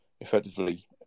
effectively